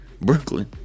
Brooklyn